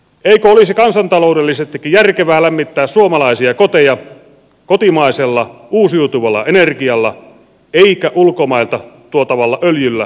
eikö olisi kansantaloudellisestikin järkevää lämmittää suomalaisia koteja kotimaisella uusiutuvalla energialla eikä ulkomailta tuotavalla öljyllä taikka hiilellä